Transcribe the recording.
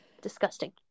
Disgusting